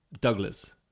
Douglas